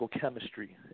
chemistry